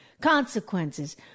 consequences